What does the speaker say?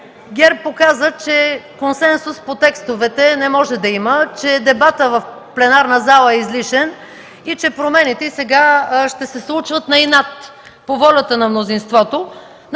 ГЕРБ показа, че консенсус по текстовете не може да има, че дебатът в пленарната зала е излишен и че промените сега ще се случват на инат по волята на мнозинството.